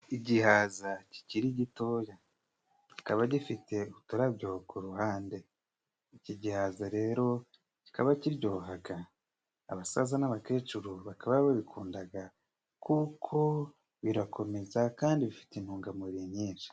Igihaza kikiri gitoya kikaba gifite uturabyo ku ruhande, iki gihaza rero kikaba kiryohaga abasaza n'abakecuru bakaba babikundaga kuko birakomeza kandi bifite intungamubiri nyinshi.